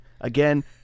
Again